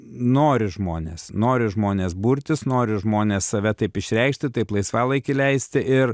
nori žmonės nori žmonės burtis nori žmonės save taip išreikšti taip laisvalaikį leisti ir